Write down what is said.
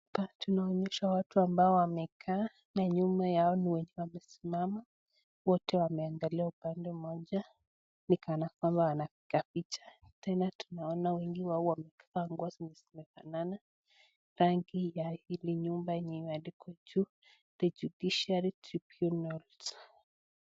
Hapa tunaonyeshwa watu wamekaa na nyuma yao ni wenye wamesimama wote wameangalia upande mmoja ni kana kwamba wanapiga picha. Tena tunaona wengi wao wamevaa nguo zenye zimefanana rangi ya hili nyumba yenye imeandikwa juu The judiciary Tribunals.